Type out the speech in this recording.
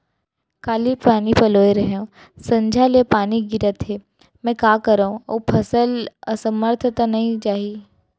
काली पानी पलोय रहेंव, संझा ले पानी गिरत हे, मैं का करंव अऊ फसल असमर्थ त नई जाही?